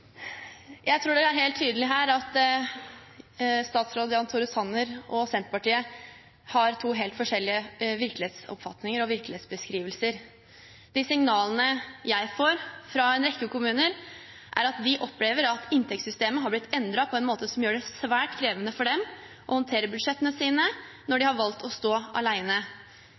Jeg tror det er helt tydelig her at statsråd Jan Tore Sanner og Senterpartiet har to helt forskjellige virkelighetsoppfatninger og virkelighetsbeskrivelser. De signalene jeg får fra en rekke kommuner, er at de opplever at inntektssystemet har blitt endret på en måte som gjør det svært krevende for dem å håndtere budsjettene sine når de har valgt å stå